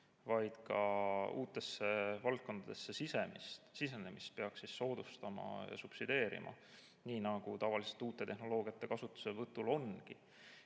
vaid ka uutesse valdkondadesse sisenemist peaks soodustama ja subsideerima. Nii see tavaliselt uute tehnoloogiate kasutuselevõtul ongi.